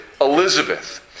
Elizabeth